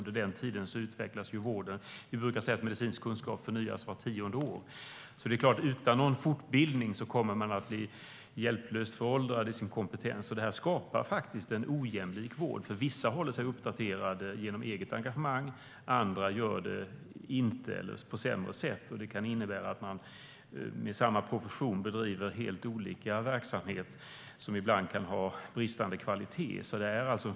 Under den tiden utvecklas vården. Vi brukar säga att medicinsk kunskap förnyas vart tionde år. Utan fortbildning blir man hjälplöst föråldrad i sin kompetens. Det skapar en ojämlik vård. Vissa håller sig uppdaterade genom eget engagemang, medan andra inte gör det eller gör det på ett sämre sätt. Det kan innebära att man inom samma profession bedriver helt olika verksamhet, som ibland kan ha bristande kvalitet.